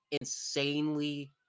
Insanely